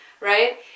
right